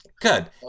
Good